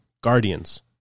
Guardians